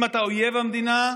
אם אתה אויב המדינה,